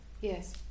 yes